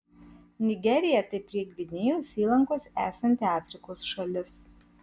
nigerija tai prie gvinėjos įlankos esanti afrikos šalis